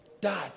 dad